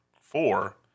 four